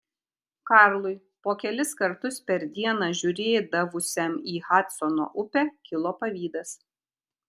karlui po kelis kartus per dieną žiūrėdavusiam į hadsono upę kilo pavydas